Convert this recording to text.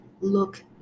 look